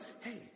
Hey